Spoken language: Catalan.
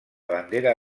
bandera